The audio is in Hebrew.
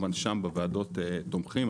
בוועדות, תומכים.